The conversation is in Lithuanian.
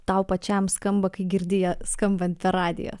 tau pačiam skamba kai girdi ją skambant per radiją